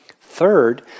Third